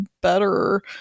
better